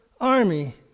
army